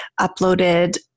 uploaded